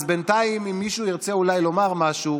בינתיים, אם מישהו ירצה לומר משהו